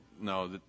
no